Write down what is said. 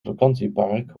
vakantiepark